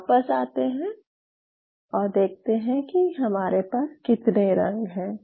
वापस आते हैं और देखते हैं कि हमारे पास कितने रंग हैं